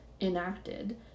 enacted